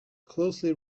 closely